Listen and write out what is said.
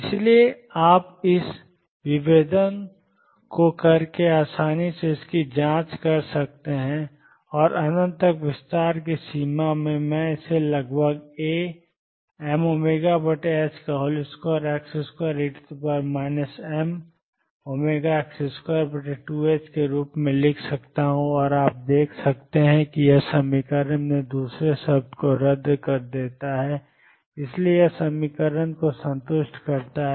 इसलिए आप इस विभेदन को करके आसानी से इसकी जांच कर सकते हैं और अनंत तक विस्तार की सीमा में मैं लगभग Amω2x2e mω2ℏx2 के रूप में लिख सकता हूं और आप देख सकते हैं कि यह समीकरण में दूसरे शब्द को रद्द कर देता है इसलिए यह समीकरण को संतुष्ट करता है